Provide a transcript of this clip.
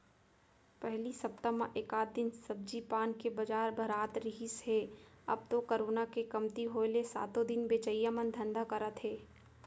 पहिली सप्ता म एकात दिन सब्जी पान के बजार भरात रिहिस हे अब तो करोना के कमती होय ले सातो दिन बेचइया मन धंधा करत हे